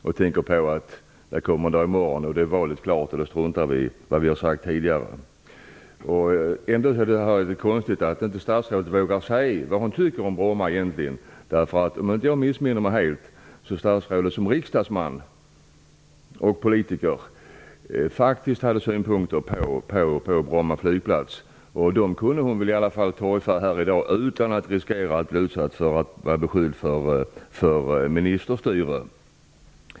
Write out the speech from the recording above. Man tänker att det kommer en dag i morgon då valet är klart. Då kan man strunta i vad man har sagt tidigare. Jag tycker ändå att det är konstigt att statsrådet inte vågar säga vad hon egentligen tycker om Bromma. Om jag inte missminner mig helt hade statsrådet som riksdagsman och politiker faktiskt synpunkter på Bromma flygplats. De kunde hon torgföra här i dag utan att riskera att bli beskylld för ministerstyre.